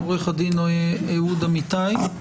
עו"ד אהוד אמיתי.